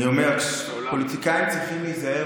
אני אומר: פוליטיקאים צריכים להיזהר